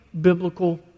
biblical